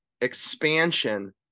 expansion